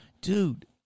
Dude